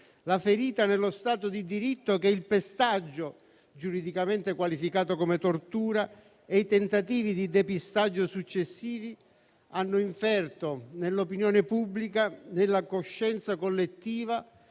la ferita nello Stato di diritto che il pestaggio, giuridicamente qualificato come tortura, e i tentativi di depistaggio successivi hanno inferto nell'opinione pubblica, nella coscienza collettiva